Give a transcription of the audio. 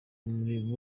muri